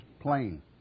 plain